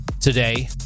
today